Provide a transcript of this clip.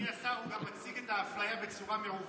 אדוני השר, הוא גם מציג את האפליה בצורה מעוותת.